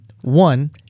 one